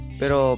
pero